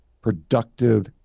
productive